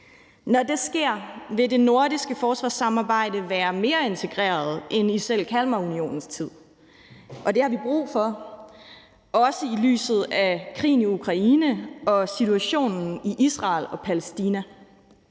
Når det sker, vil det nordiske forsvarssamarbejde være mere integreret end i selv Kalmarunionens tid. Og det har vi brug for, også i lyset af krigen i Ukraine og situationen i Israel og Palæstina.